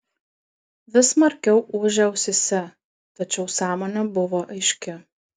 vis smarkiau ūžė ausyse tačiau sąmonė buvo aiški